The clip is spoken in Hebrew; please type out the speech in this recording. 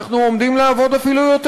אנחנו עומדים לעבוד אפילו יותר,